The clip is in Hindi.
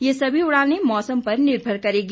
ये सभी उड़ानें मौसम पर निर्भर करेंगी